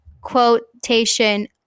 quotation